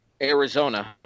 Arizona